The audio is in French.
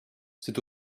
c’est